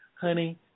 Honey